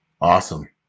Awesome